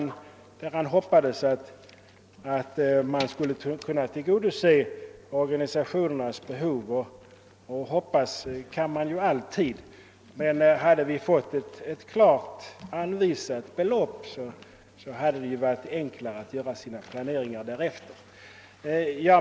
Han hoppades att man skulle kunna tillgodose organisationernas behov. Hoppas kan man ju alltid, men hade vi fått ett klart anvisat belopp hade det varit enklare för organisationerna att planera.